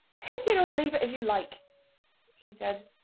take it or leave it as you like she said,